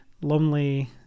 Lonely